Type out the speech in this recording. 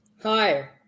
Hi